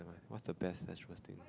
what is the best slash worst thing